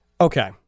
Okay